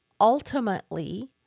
ultimately